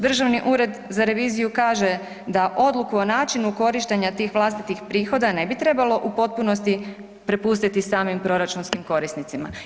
Državni ured za reviziju kaže da odluku o načinu korištenja tih vlastitih prihoda ne bi trebalo u potpunosti prepustiti samim proračunskim korisnicima.